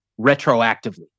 retroactively